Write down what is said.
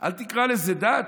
אל תקרא לזה דת,